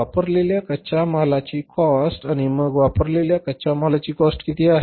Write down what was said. वापरलेल्या कच्च्या मालाची कॉस्ट आणि मग वापरलेल्या कच्च्या मालाची कॉस्ट किती आहे